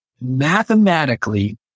mathematically